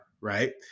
right